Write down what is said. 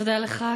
תודה לך.